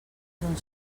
són